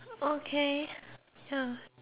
okay ya